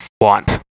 want